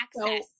access